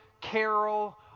carol